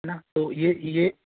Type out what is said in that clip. ना तो ये ये